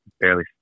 barely